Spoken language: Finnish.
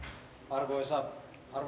arvoisa